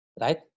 right